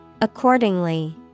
accordingly